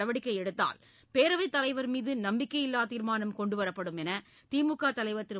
நடவடிக்கைஎடுத்தால் பேரவைத் தலைவர் மீதுநம்பிக்கையில்லாதீர்மானம் கொண்டுவரப்படும் என்றுதிமுகதலைவர் திரு